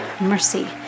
mercy